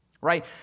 Right